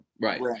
Right